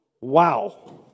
Wow